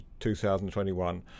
2021